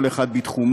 כל אחד בתחומו,